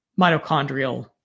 mitochondrial